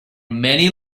many